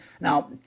Now